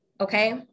okay